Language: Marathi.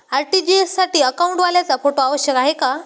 आर.टी.जी.एस साठी अकाउंटवाल्याचा फोटो आवश्यक आहे का?